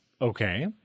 Okay